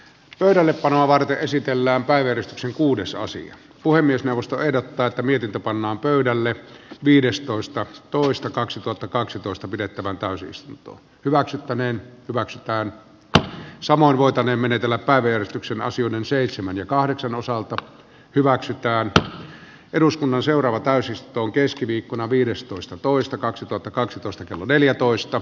pöydällepanoa varten esitellään päivystyksen kuudessa osin puhemiesneuvosto ehdottaa että mietitä pannaan pöydälle viidestoista toista kaksituhattakaksitoista pidettävään täysistunto hyväksyttäneen hyväksytään että saman voitane menetellä päivystyksen asioiden seitsemän ja hyvin velvoittava ratkaisu tämä rahoitusratkaisu kun se on keskiviikkona viidestoista toista kaksituhattakaksitoista kello toteutuu